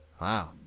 wow